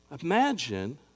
Imagine